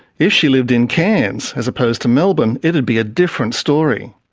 if she lived in cairns, as opposed to melbourne, it'd be a different story.